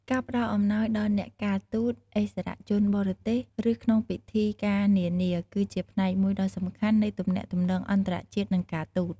ការផ្តល់អំណោយដល់អ្នកការទូត ឥស្សរជនបរទេស ឬក្នុងពិធីការនានា គឺជាផ្នែកមួយដ៏សំខាន់នៃទំនាក់ទំនងអន្តរជាតិ និងការទូត។